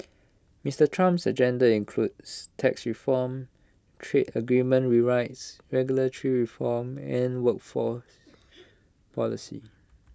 Mister Trump's agenda includes tax reform trade agreement rewrites regulatory reform and workforce policy